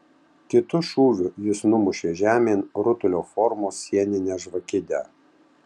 kitu šūviu jis numušė žemėn rutulio formos sieninę žvakidę